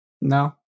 No